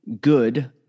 good